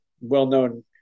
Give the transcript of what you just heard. well-known